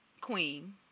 queen